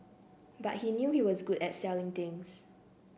but he knew he was good at selling things